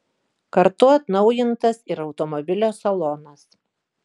kartu atnaujintas ir automobilio salonas